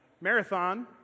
marathon